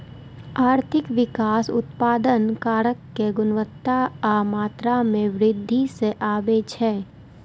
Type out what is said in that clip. आर्थिक विकास उत्पादन कारक के गुणवत्ता आ मात्रा मे वृद्धि सं आबै छै